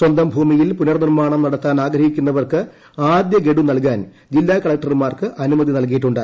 സ്വന്തം ഭൂമിയിൽ പുനർനിർമാണം നടത്താൻ ആഗ്രഹിക്കുന്നവർക്ക് ആദ്യഗഡു നൽകാൻ ജില്ലാ കലക്ടർമാർക്ക് അനുമതി നൽകിയിട്ടുണ്ട്